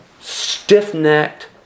stiff-necked